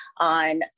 on